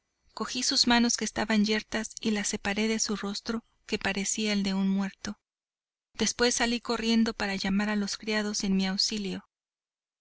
cogí sus manos que estaban yertas y las separé de su rostro que parecía el de un muerto después salí corriendo para llamar a los criados en mi auxilio